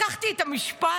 לקחתי את המשפט,